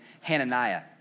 Hananiah